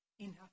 Enough